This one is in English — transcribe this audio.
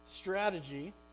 strategy